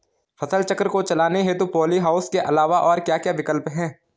फसल चक्र को चलाने हेतु पॉली हाउस के अलावा और क्या क्या विकल्प हैं?